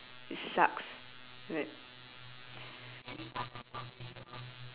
it sucks wait